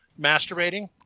masturbating